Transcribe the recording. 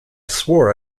swore